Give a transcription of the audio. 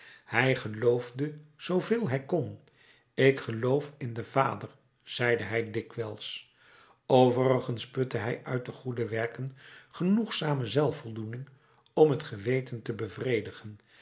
hij geloofde zooveel hij kon ik geloof in den vader zeide hij dikwijls overigens putte hij uit de goede werken genoegzame zelfvoldoening om het geweten te bevredigen